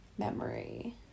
memory